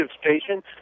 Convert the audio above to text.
station